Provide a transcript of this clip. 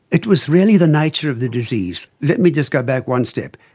it was really the nature of the disease. let me just go back one step.